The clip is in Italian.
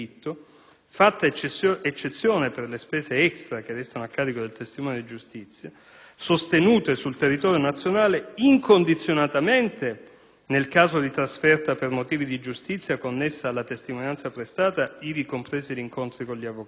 (fatta eccezione per le spese extra, che restano a carico del testimone di giustizia) sostenute sul territorio nazionale: incondizionatamente, nel caso di trasferta per motivi di giustizia connessa alla testimonianza prestata, ivi compresi gli incontri con gli avvocati;